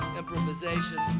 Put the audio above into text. improvisation